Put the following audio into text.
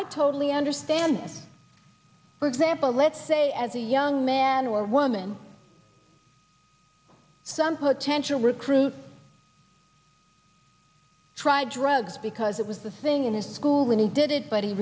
i totally understand that for example let's say as a young man or woman some potential recruit tried drugs because it was the thing in his school when he did it but he